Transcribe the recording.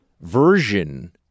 version